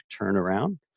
turnaround